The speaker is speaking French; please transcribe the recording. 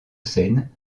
seine